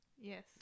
yes